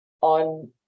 on